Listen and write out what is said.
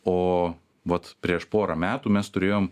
o vat prieš porą metų mes turėjom